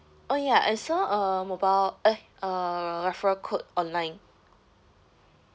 oh ya I saw a mobile !oi! uh referral code online